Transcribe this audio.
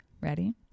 Ready